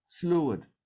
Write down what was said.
fluid